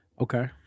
Okay